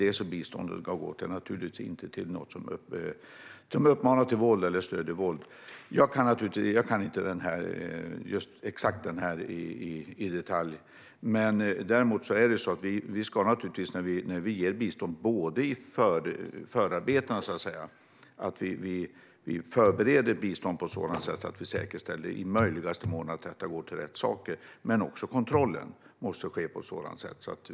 Jag kan inte de exakta detaljerna i det här fallet, men vi ska naturligtvis när vi ger bistånd förbereda det på ett sådant sätt att vi i möjligaste mån säkerställer att det går till rätt saker. Även kontrollen måste ske på ett sådant sätt.